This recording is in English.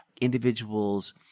individuals –